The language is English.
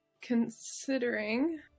considering